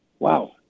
Wow